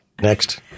Next